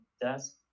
desk